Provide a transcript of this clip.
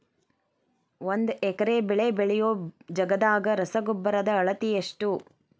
ಒಂದ್ ಎಕರೆ ಬೆಳೆ ಬೆಳಿಯೋ ಜಗದಾಗ ರಸಗೊಬ್ಬರದ ಅಳತಿ ಎಷ್ಟು?